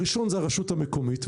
הראשון זה הרשות המקומית,